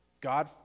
God